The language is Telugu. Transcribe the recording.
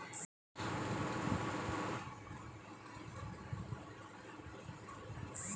కే.వై.సీ చేయకుంటే నా బ్యాంక్ అకౌంట్ బంద్ చేస్తరా?